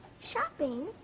Shopping